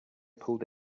pulled